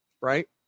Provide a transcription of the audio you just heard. right